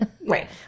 Right